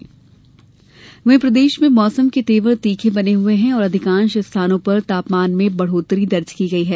मौसम प्रदेश में मौसम के तेवर तीखे बने हुए हैं और अधिकांष स्थानों पर तापमान में बढ़ोत्तरी दर्ज की गई है